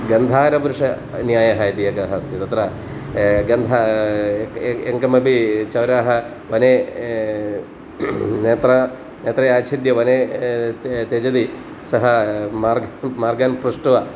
गन्धहरपुरुषन्यायः इति एकः अस्ति तत्र गन्धं यङ्कमपि चोरः वने नेत्रं नेत्रमाच्छाद्य वने त्य त्यजति सः मार्गं मार्गन् पृष्ट्वा